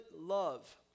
love